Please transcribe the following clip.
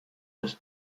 des